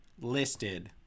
listed